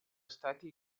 stati